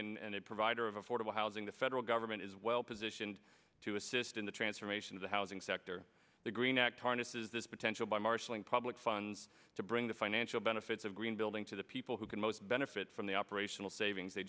a provider of affordable housing the federal government is well positioned to assist in the transformation of the housing sector the green act harnesses this potential by marshalling public funds to bring the financial benefits of green building to the people who can most benefit from the operational savings they